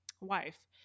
wife